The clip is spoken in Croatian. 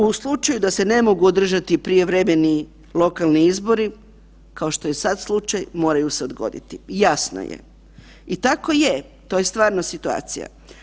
U slučaju da se ne mogu održati prijevremeni lokalni izbori, kao što je sada slučaj moraju se odgoditi, jasno je i tako je to je stvarna situacija.